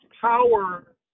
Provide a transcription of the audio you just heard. power